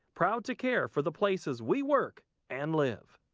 proud to care for the places we work and live.